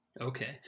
Okay